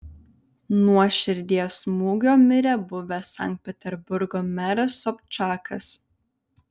nuo širdies smūgio mirė buvęs sankt peterburgo meras sobčakas